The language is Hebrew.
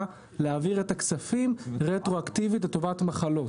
להעביר את הכספים רטרואקטיבית לטובת מחלות.